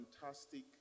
fantastic